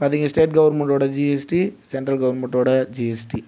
பார்த்திங்க ஸ்டேட் கவர்மென்ட்டோடய GST central கவர்மென்ட்டோடய ஜிஎஸ்டி